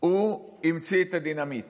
הוא המציא את הדינמיט